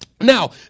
Now